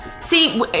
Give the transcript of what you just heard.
See